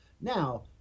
Now